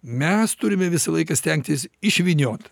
mes turime visą laiką stengtis išvyniot